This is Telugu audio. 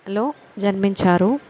లో జన్మించారు